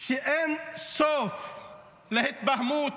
שאין סוף להתבהמות